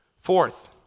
Fourth